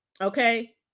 Okay